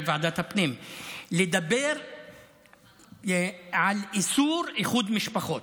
ועדת הפנים לדבר על איסור איחוד משפחות,